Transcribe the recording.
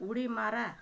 उडी मारा